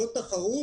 זאת תחרות?